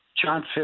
John